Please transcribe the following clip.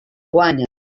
guanyen